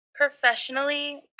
professionally